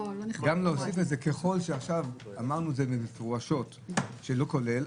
ככל שעכשיו אמרנו מפורשות שזה לא כולל,